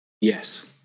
yes